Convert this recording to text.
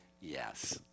yes